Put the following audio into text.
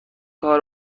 کار